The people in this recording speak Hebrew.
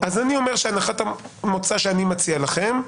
--- אז אני אומר שהנחת המוצא שאני מציע לכם: